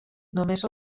només